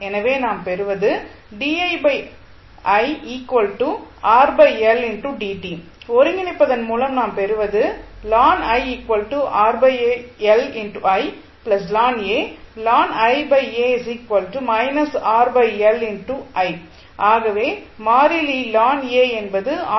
எனவே நாம் பெறுவது ஒருங்கிணைப்பதன் மூலம் நாம் பெறுவது ஆகவே மாறிலி ln A என்பது ஆர்